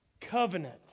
covenant